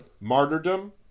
Martyrdom